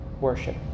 worship